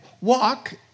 walk